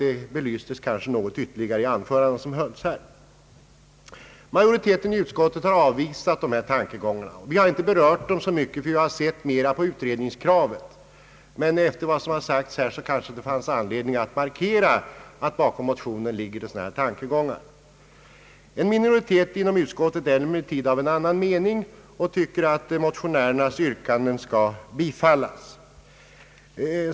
Det belystes kanske något ytterligare i det anförande som hölls här. Utskottsmajoriteten har avvisat dessa tankegångar i motionerna. Vi har inte berört dem så mycket utan sett mera på utredningskravet. Men efter vad som har sagts här fanns det kanske anledning att markera att det låg sådana här tankegångar bakom motionerna. En minoritet inom utskottet är emellertid av annan mening och anser att motionärernas yrkanden skall bifallas.